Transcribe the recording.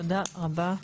תודה רבה.